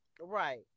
right